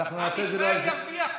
כבוד השר המקשר, דרך אגב,